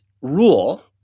rule